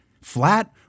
Flat